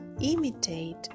imitate